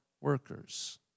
workers